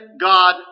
God